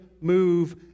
move